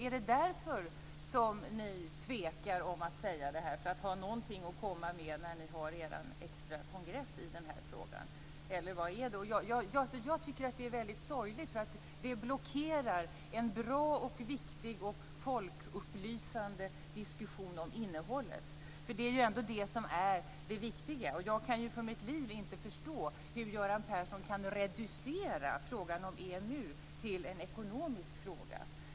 Är det för att ha någonting att komma med på er extra kongress i denna fråga som ni tvekar när det gäller om ni ska säga det eller inte? Jag tycker att det är väldigt sorgligt, för det blockerar en bra och viktig och folkupplysande diskussion om innehållet. Det är ändå det som är det viktiga. Jag kan för mitt liv inte förstå hur Göran Persson kan reducera frågan om EMU till en ekonomisk fråga.